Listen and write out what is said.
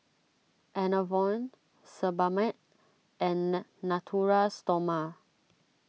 Enervon Sebamed and Na Natura Stoma